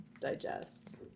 digest